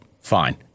fine